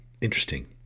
interesting